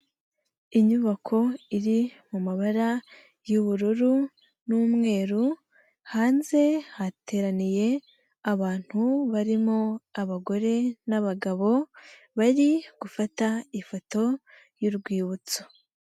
Inyubako iri mumabara y'ubururu n'umweru, hanze hateraniye abantu barimo abagore n'abagabo, bari gufata ifoto y'urwibutso.